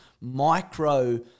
micro